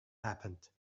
happened